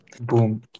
Boom